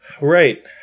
right